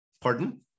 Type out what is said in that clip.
Pardon